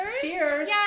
Cheers